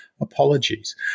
apologies